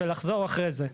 ולחזור אחרי זה.